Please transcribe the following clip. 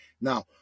Now